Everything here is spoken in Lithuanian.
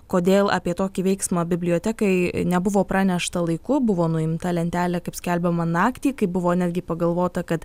kodėl apie tokį veiksmą bibliotekai nebuvo pranešta laiku buvo nuimta lentelė kaip skelbiama naktį kai buvo netgi pagalvota kad